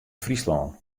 fryslân